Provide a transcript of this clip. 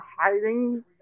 hiding